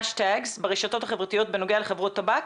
האשטאג ברשתות החברתיות בנוגע לחברות טבק,